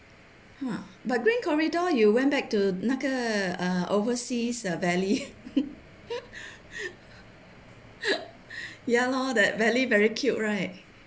!wah! but green corridor you went back to 那个 ah overseas valley ya lor that valley very cute right